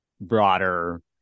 broader